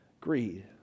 greed